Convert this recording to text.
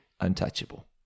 untouchable